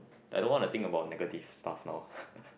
I don't wanna think about negative stuff now